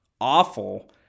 awful